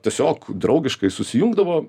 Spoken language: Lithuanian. tiesiog draugiškai susijungdavo